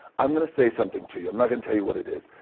i'm gonna say something to you. i'm not gonna tell you what it is.